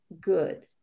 good